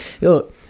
look